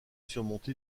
surmonté